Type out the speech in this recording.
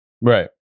right